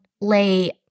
lay